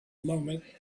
movement